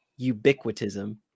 ubiquitism